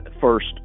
First